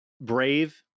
Brave